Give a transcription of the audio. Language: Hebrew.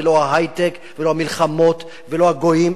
ולא ההיי-טק ולא המלחמות ולא הגויים.